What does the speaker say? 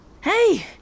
Hey